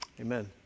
Amen